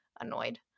Annoyed